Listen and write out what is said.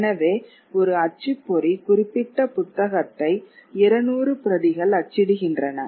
எனவே ஒரு அச்சுப்பொறி குறிப்பிட்ட புத்தகத்தை 200 பிரதிகள் அச்சிடுகின்றன